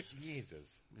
jesus